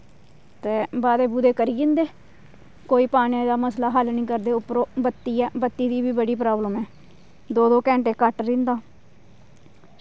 ते वादे वूदे करी जंदे कोई पानी दा मसला हल नी करदे उपरों बत्ती ऐ बत्ती दी बी बड़ी प्राब्लम ऐ दो दो घैंटे कट रैंह्दा